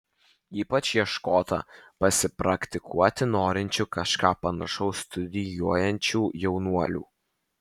ypač ieškota pasipraktikuoti norinčių kažką panašaus studijuojančių jaunuolių